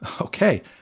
Okay